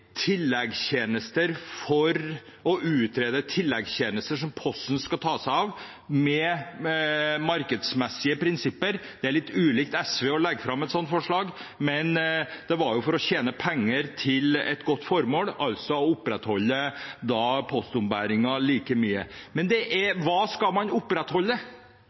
litt ulikt SV å legge fram et sånt forslag, men det var for å tjene penger til et godt formål, altså å opprettholde postombæringen like mye. Men hva skal man opprettholde? Hva skal man opprettholde